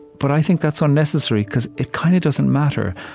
but i think that's unnecessary, because it kind of doesn't matter.